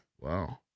Wow